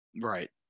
Right